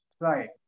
Right